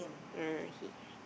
ah okay